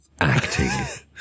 acting